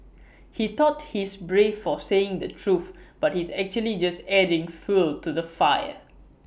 he thought he's brave for saying the truth but he's actually just adding fuel to the fire